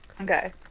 Okay